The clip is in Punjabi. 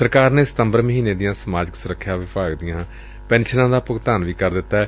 ਸਰਕਾਰ ਨੇ ਸਤੰਬਰ ਮਹੀਨੇ ਦੀਆਂ ਸਮਾਜਿਕ ਸੁਰੱਖਿਆ ਵਿਭਾਗ ਦੀਆਂ ਪੈਨਸ਼ਨਾਂ ਦਾ ਭੁਗਤਾਨ ਵੀ ਕਰ ਦਿੱਤੈ